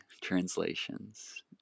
translations